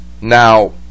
Now